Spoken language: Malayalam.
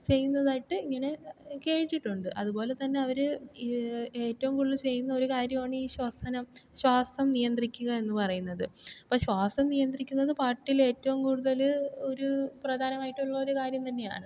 ചെയ്യുന്നതായിട്ട് ഇങ്ങനെ കേട്ടിട്ടുണ്ട് അതുപോലെ തന്നെ അവര് ഏ ഏറ്റവും കൂടുതൽ ചെയ്യുന്ന ഒരു കാര്യമാണ് ശ്വാസം നിയന്ത്രിക്കുക എന്നു പറയുന്നത് അപ്പം ശ്വാസം നിയന്ത്രിക്കുന്നത് പാട്ടില് ഏറ്റവും കൂടുതല് ഒരു പ്രധാനമായിട്ടുള്ള ഒരു കാര്യം തന്നെയാണ്